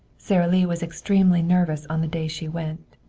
sara lee was extremely nervous on the day she went.